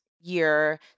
year